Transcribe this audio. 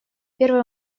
первый